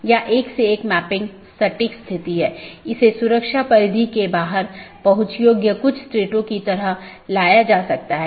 तो यह ऐसा नहीं है कि यह OSPF या RIP प्रकार के प्रोटोकॉल को प्रतिस्थापित करता है